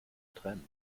trend